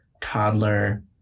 toddler